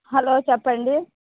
hello చెప్పండి